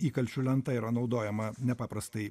įkalčių lenta yra naudojama nepaprastai